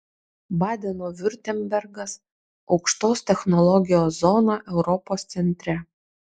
badeno viurtembergas aukštos technologijos zona europos centre